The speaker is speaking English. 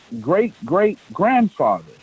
great-great-grandfather